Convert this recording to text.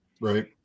Right